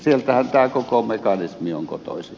sieltähän tämä koko mekanismi on kotoisin